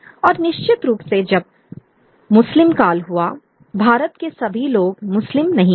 और निश्चित रूप से जब मुस्लिम काल हुआ भारत के सभी लोग मुस्लिम नहीं थे